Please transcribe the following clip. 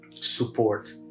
support